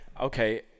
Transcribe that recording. okay